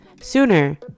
sooner